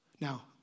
Now